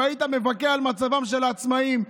והיית מבכה את מצבם של העצמאים.